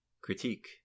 Critique